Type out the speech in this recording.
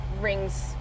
rings